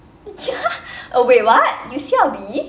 ya uh wait what you C_L_B